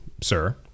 sir